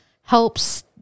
helps